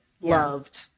loved